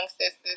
sisters